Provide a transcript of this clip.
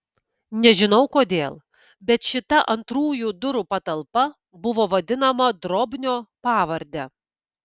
nežinau kodėl bet šita antrųjų durų patalpa buvo vadinama drobnio pavarde